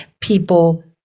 people